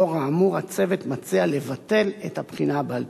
לאור האמור, הצוות מציע לבטל את הבחינה בעל-פה.